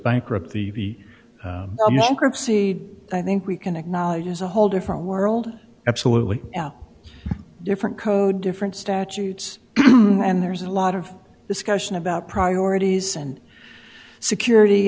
bankrupt the seed i think we can acknowledge is a whole different world absolutely different code different statutes and there's a lot of discussion about priorities and security